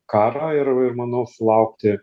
karą ir ir manau sulaukti